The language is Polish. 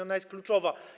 Ona jest kluczowa.